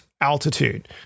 altitude